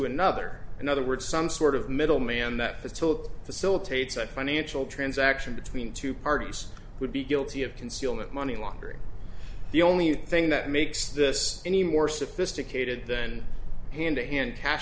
another in other words some sort of middleman that took facilitates that financial transaction between two parties would be guilty of concealment money laundering the only thing that makes this any more sophisticated than hand